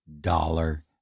dollar